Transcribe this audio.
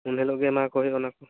ᱩᱱ ᱦᱤᱞᱳᱜ ᱜᱮ ᱮᱢᱟ ᱟᱠᱚ ᱦᱩᱭᱩᱜᱼᱟ ᱚᱟᱱᱟ ᱠᱚ